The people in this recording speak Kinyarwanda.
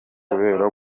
kubera